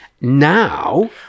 now